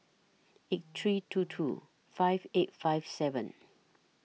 eight three two two five eight five seven